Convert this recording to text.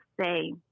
say